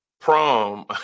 prom